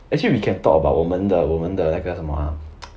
actually we can talk about 我们的我们的那个什么 ah